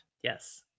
yes